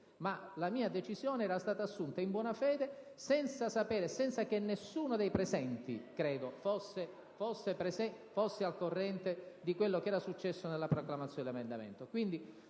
La mia decisione, era stata assunta in buona fede, senza che nessuno dei presenti fosse al corrente di quello che era successo nella proclamazione degli emendamenti.